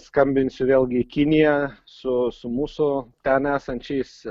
skambinsiu vėlgi kinija su su mūsų ten esančiais